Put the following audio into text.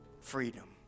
freedom